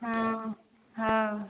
हँ